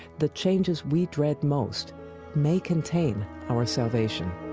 the changes we dread most may contain our salvation.